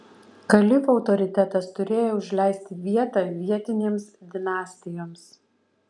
kalifų autoritetas turėjo užleisti vietą vietinėms dinastijoms